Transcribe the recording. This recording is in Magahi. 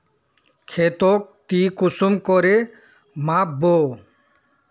खेतोक ती कुंसम करे माप बो?